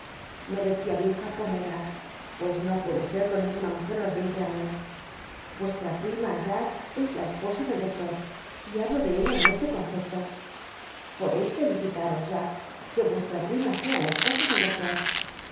no decia rieja por la edad pues no puede serlo ninguna mujer á los veinul aiíos vuestra prima jack es la es osa del doclor y hablo de ella en ese concepto podeis felicitaros jack que vuestra prima sea la esposa del doctor